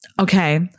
Okay